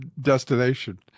destination